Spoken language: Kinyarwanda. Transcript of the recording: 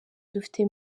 dufite